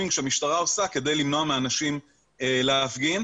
שהמשטרה עושה כדי למנוע מאנשים להפגין.